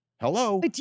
Hello